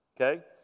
okay